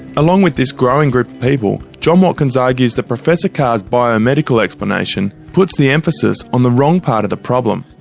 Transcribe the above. along with this growing group of people, john watkins argues that professor carr's biomedical explanation puts the emphasis on the wrong part of the problem.